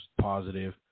positive